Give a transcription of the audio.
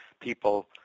people